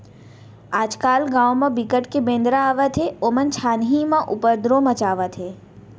आजकाल गाँव म बिकट के बेंदरा आवत हे ओमन छानही म उपदरो मचावत हे